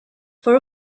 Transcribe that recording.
for